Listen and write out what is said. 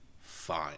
fine